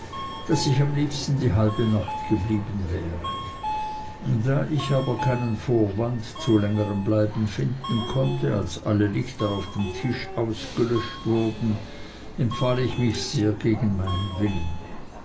daß ich am liebsten die halbe nacht geblieben wäre da ich aber keinen vorwand zu längerm bleiben finden konnte als alle lichter auf dem tisch ausgelöscht wurden empfahl ich mich sehr gegen meinen willen